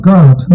God